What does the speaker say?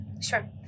Sure